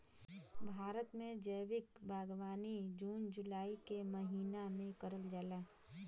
भारत में जैविक बागवानी जून जुलाई के महिना में करल जाला